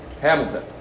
Hamilton